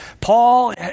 Paul